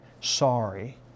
sorry